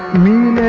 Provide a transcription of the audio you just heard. me